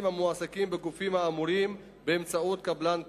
המועסקים בגופים האמורים באמצעות קבלן כוח-אדם.